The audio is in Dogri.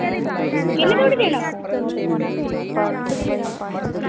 किन्ने धोड़ी देना